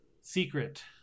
secret